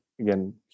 again